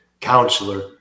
counselor